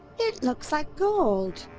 it looks like gold!